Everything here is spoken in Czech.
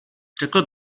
řekl